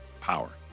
power